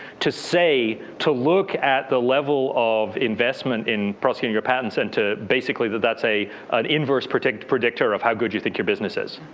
to say to look at the level of investment in prosecuting your patents. and to basically, that that's an inverse predictor predictor of how good you think your businesses